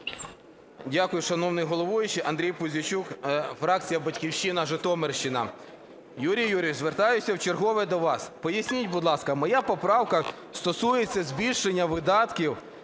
Дякую, шановний головуючий. Андрій Пузійчук, фракція "Батьківщина", Житомирщина. Юрій Юрійович, звертаюся вчергове до вас. Поясніть, будь ласка, моя поправка стосується збільшення видатків